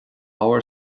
ábhar